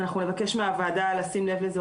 אנחנו נבקש מהוועדה לשים לב לזה.